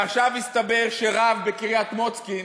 עכשיו הסתבר שרב בקריית מוצקין,